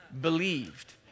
believed